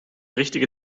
richtige